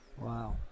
Wow